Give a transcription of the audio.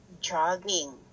jogging